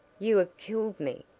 you have killed me!